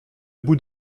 bout